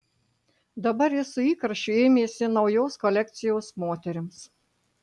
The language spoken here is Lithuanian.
dabar jis su įkarščiu ėmėsi naujos kolekcijos moterims